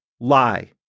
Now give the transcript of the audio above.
Lie